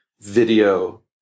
video